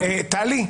טלי.